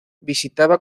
visitaba